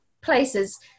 places